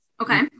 Okay